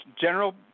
general